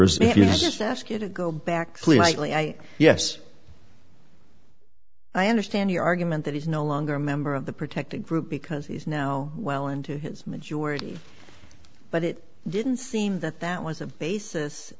you just ask you to go back yes i understand your argument that he's no longer a member of the protected group because he's now well into his majority but it didn't seem that that was a basis